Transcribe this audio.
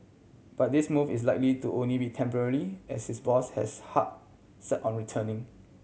but this move is likely to only be temporary as his boss has heart set on returning